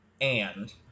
and-